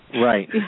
Right